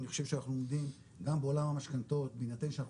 אני חושב שאנחנו עומדים גם בעולם המשכנתאות בהינתן שאנחנו